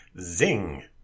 Zing